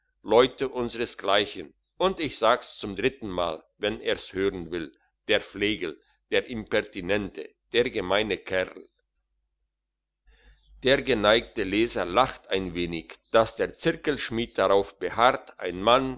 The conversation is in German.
leute unsersgleichen und ich sag's zum dritten mal wenn er's hören will der flegel der impertinente der gemeine kerl der geneigte leser lacht ein wenig dass der zirkelschmied darauf beharrt ein mann